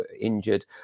injured